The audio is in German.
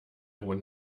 hohen